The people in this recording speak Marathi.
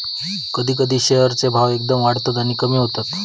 कधी कधी शेअर चे भाव एकदम वाढतत किंवा कमी होतत